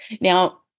Now